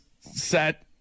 set